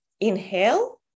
inhale